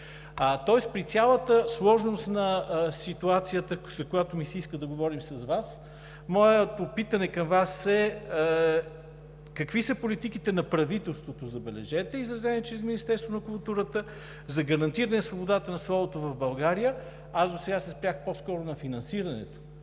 При цялата сложност на ситуацията, за която ми се иска да говорим с Вас, моето питане към Вас е: какви са политиките на правителството – забележете, изразени чрез Министерството на културата, за гарантиране на свободата на словото в България? Досега се спрях по-скоро на финансирането.